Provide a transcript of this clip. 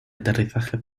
aterrizaje